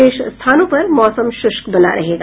शेष स्थानों पर मौसम शुष्क बना रहेगा